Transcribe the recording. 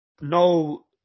no